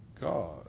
God